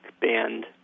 band